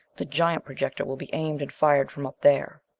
the giant projector will be aimed and fired from up there.